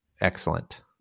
excellent